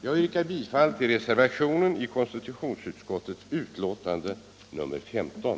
Jag yrkar bifall till reservationen i konstitutionsutskottets betänkande nr 15.